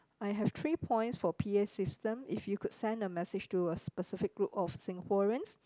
I have three points for P_A system if you could send a message to a specific group of Singaporeans